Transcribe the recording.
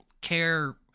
care